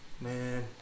man